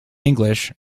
english